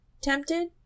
tempted